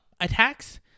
attacks